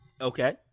Okay